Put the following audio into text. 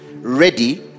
ready